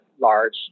large